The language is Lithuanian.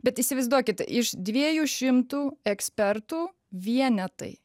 bet įsivaizduokit iš dviejų šimtų ekspertų vienetai